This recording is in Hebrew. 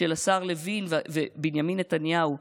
של השר לוין ובנימין נתניהו.